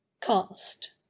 cast